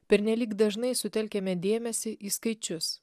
pernelyg dažnai sutelkiame dėmesį į skaičius